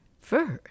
First